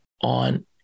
on